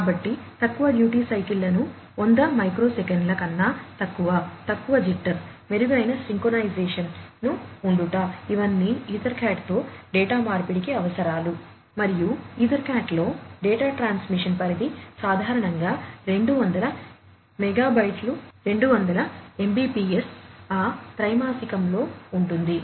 కాబట్టి తక్కువ డ్యూటీ సైకిల్లను 100 మైక్రో సెకన్ల పరిధి సాధారణంగా 200 Mbps 200 Mbps ఆ త్రైమాసికంలో ఉంటుంది